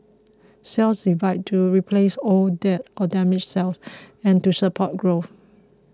cells divide to replace old dead or damaged cells and to support growth